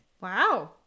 Wow